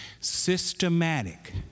Systematic